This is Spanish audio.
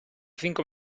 cinco